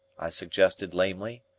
i suggested lamely.